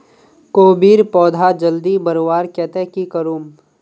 कोबीर पौधा जल्दी बढ़वार केते की करूम?